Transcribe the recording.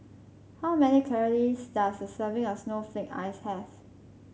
how many calories does a serving of Snowflake Ice have